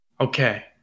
Okay